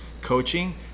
coaching